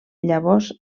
llavors